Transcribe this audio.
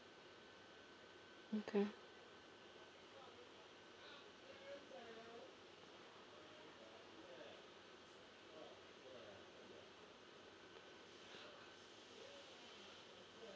okay